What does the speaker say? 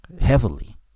heavily